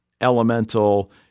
elemental